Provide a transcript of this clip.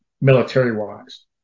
military-wise